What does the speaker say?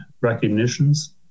recognitions